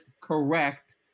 correct